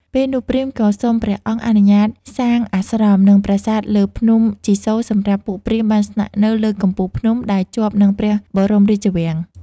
ពេលនោះ ព្រាហ្មណ៍ក៏សុំព្រះអង្គអនុញ្ញាតសាងអាស្រម និងប្រាសាទលើភ្នំជីសូរសម្រាប់ពួកព្រាហ្មណ៍បានស្នាក់នៅលើកំពូលភ្នំ ដែលជាប់នឹងព្រះបរមរាជវាំង។